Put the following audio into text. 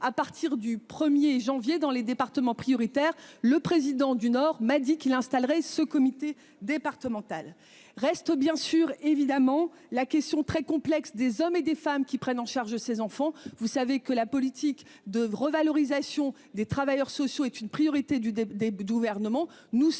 à partir du 1er janvier dans les départements prioritaires. Le président du nord m'a dit qu'il installerait ce comité départemental reste bien sûr évidemment la question très complexe des hommes et des femmes qui prennent en charge ces enfants. Vous savez que la politique de revalorisation des travailleurs sociaux est une priorité du des des gouvernements,